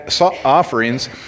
offerings